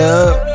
up